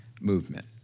movement